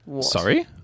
sorry